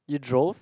you drove